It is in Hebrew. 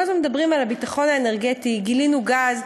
כל הזמן מדברים על הביטחון האנרגטי: גילינו גז,